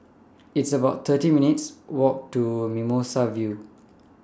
It's about thirty minutes' Walk to Mimosa View